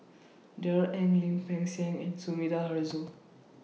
Darrell Ang Lim Peng Siang and Sumida Haruzo